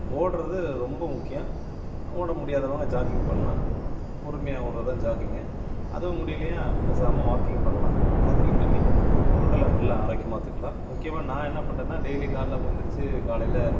ஓடுறது ரொம்ப முக்கியம் ஓட முடியாதவங்க ஜாக்கிங் பண்ணலாம் பொறுமையாக ஓடுறது தான் ஜாக்கிங்கு அதுவும் முடியலியா பேசாமல் வாக்கிங் பண்ணலாம் வாக்கிங் பண்ணி உடலை நல்லா ஆரோக்கியமாக பார்த்துக்கலாம் முக்கியமாக நான் என்ன பண்ணுறேன்னா டெய்லி காலையில் ஏழுந்திரிச்சி காலையில்